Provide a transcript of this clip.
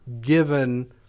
given